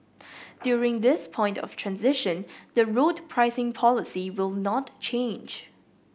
during this point of transition the road pricing policy will not change